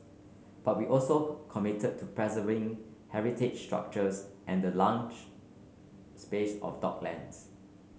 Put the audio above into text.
but we also committed to preserving heritage structures and the lunch space of docklands